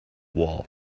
wall